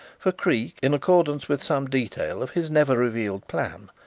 for creake, in accordance with some detail of his never-revealed plan,